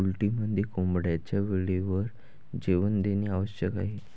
पोल्ट्रीमध्ये कोंबड्यांना वेळेवर जेवण देणे आवश्यक आहे